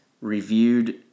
reviewed